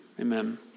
Amen